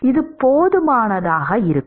இது போதுமானதாக இருக்கும்